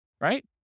right